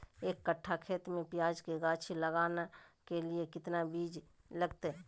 एक कट्ठा खेत में प्याज के गाछी लगाना के लिए कितना बिज लगतय?